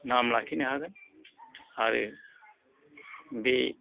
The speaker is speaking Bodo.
नाम लाखिनो हागोन आरो बे